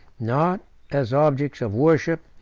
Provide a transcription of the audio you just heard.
not as objects of worship,